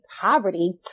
poverty